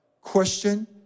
Question